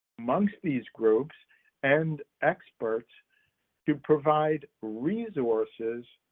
amongst these groups and experts to provide resources,